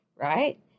Right